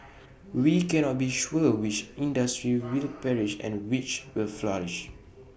we cannot be sure which industries will perish and which will flourish